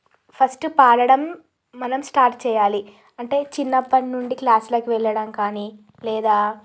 first పాడడం మనం start చెయ్యాలి అంటే చిన్నప్పటినుండి క్లాస్లకి వెళ్ళడం కానీ లేదా